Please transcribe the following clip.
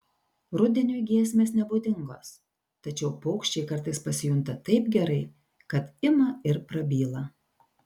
rudeniui giesmės nebūdingos tačiau paukščiai kartais pasijunta taip gerai kad ima ir prabyla